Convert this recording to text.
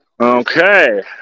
Okay